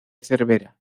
cervera